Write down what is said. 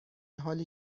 حالی